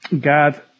God